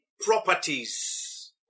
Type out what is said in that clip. properties